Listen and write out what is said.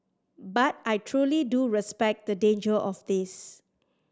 but I truly do respect the danger of this